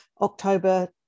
October